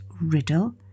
riddle